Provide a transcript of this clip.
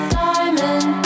diamond